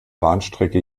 bahnstrecke